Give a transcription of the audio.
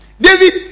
David